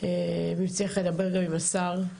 ואם אצליח אדבר גם עם השר.